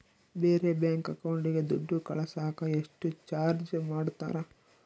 ಬೇರೆ ಬ್ಯಾಂಕ್ ಅಕೌಂಟಿಗೆ ದುಡ್ಡು ಕಳಸಾಕ ಎಷ್ಟು ಚಾರ್ಜ್ ಮಾಡತಾರ?